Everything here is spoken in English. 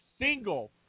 single